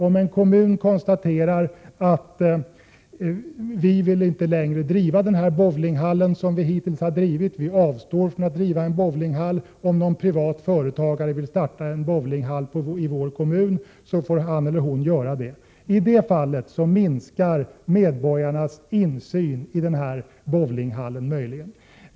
Om en kommun konstaterar att man inte längre vill driva en bowlinghall utan avstår från det, och om därefter en privat företagare startar bowlinghallen igen, minskar möjligen medborgarnas demokratiska insyn i bowlinghallens verksamhet.